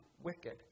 wicked